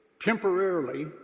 temporarily